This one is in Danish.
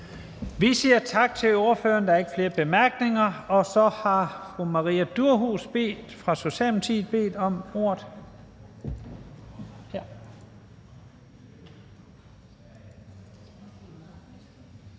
Vi siger tak til ordføreren. Der er ikke flere korte bemærkninger. Så har fru Maria Durhuus fra